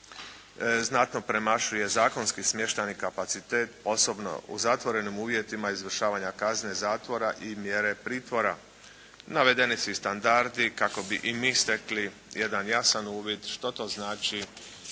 znatno premašuje zakonski smještajni kapacitet osobno u zatvorenim uvjetima izvršavanja kazne zatvora i mjere pritvora. Navedeni su i standardi kako bi i mi stekli jasan uvid što to znače